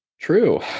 True